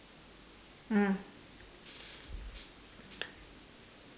uh